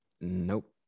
Nope